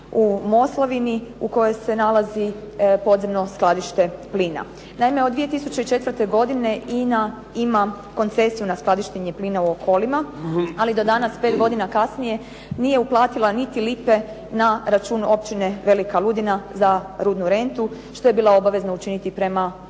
u Moslavini u kojoj se nalazi podzemno skladište plina. Naime, od 2004. godine INA ima koncesiju na skladištenje plina u Okolima ali do danas pet godina kasnije nije uplatila niti lipe na račun općine Velika Ludina za rudnu rentu što je bila obavezna učiniti prema